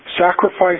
Sacrifice